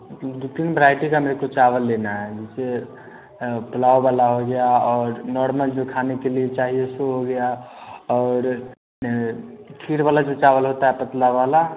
तो तीन बैरायटी का मेरे को चावल लेना है जैसे पुलाव वाला हो गया और नॉर्मल जो खाने के लिए चाहिए सो हो गया और खीर वाला जो चावल होता है पतला वाला